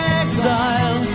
exile